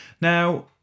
Now